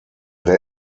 der